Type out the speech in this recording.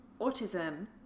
autism